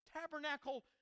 tabernacle